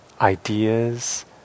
ideas